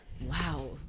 wow